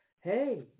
hey